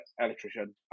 electrician